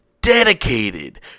Dedicated